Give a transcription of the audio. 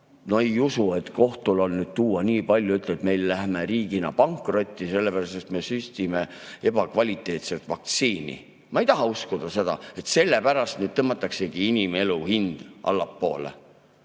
No ei usu, et kohtu ette on tuua nii palju [juhtumeid], et me läheme riigina pankrotti, sellepärast et me süstime ebakvaliteetset vaktsiini. Ma ei taha uskuda seda, et sellepärast nüüd tõmmataksegi inimelu hind allapoole.